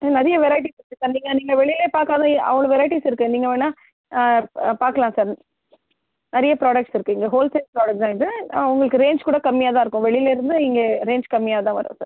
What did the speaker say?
ம் நிறைய வெரைட்டிஸ் இருக்கு சார் நீங்கள் நீங்கள் வெளில பார்க்காததும் அவ்வளோ வெரைட்டிஸ் இருக்கு நீங்கள் வேணா ஆ பா பார்க்கலாம் சார் நிறைய ப்ராடக்ட்ஸ் இருக்கு இங்கே ஹோல்சேல் ப்ராடக்ட் தான் இது உங்களுக்கு ரேஞ் கூட கம்மியாகதான் இருக்கும் வெளிலருந்து இங்கே ரேஞ் கம்மியாகதான் வரும் சார்